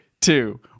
two